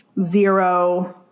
zero